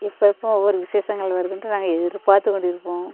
எப்பப்போ ஒவ்வொரு விசேஷங்கள் வருதுன்ட்டு நாங்கள் எதிர்பார்த்து கொண்டிருப்போம்